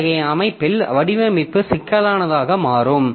அத்தகைய அமைப்பில் வடிவமைப்பு சிக்கலானதாக மாறும்